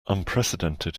unprecedented